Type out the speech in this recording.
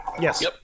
yes